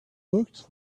looked